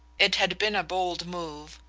it had been a bold move,